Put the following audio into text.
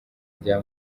rya